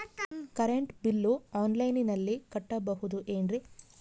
Current bill ಆನ್ಲೈನಿನಲ್ಲಿ ಕಟ್ಟಬಹುದು ಏನ್ರಿ?